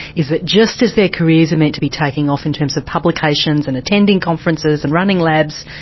is that just as their careers are meant to be taking off in terms of publications and attending conferences and running labs,